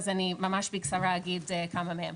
אז אני ממש אגיד בקצרה כמה מהם.